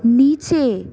নিচে